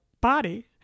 body